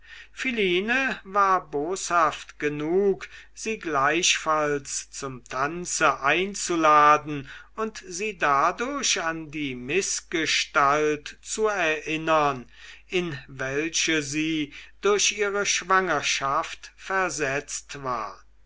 philine war boshaft genug sie gleichfalls zum tanze einzuladen und sie dadurch an die mißgestalt zu erinnern in welche sie durch ihre schwangerschaft versetzt war